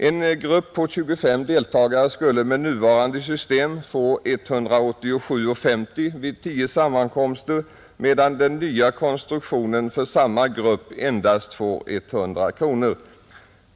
En grupp på 25 deltagare skulle med nuvarande system få 187:50 vid 10 sammankomster, medan den nya konstruktionen för samma grupp endast ger 100 kronor.